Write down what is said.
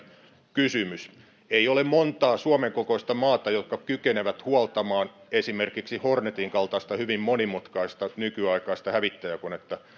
kysymys ei ole montaa suomen kokoista maata joka kykenee huoltamaan esimerkiksi hornetin kaltaista hyvin monimutkaista nykyaikaista hävittäjäkonetta